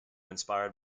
inspired